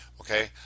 okay